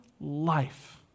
life